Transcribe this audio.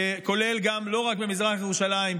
לא רק במזרח ירושלים,